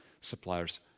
Suppliers